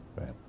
Right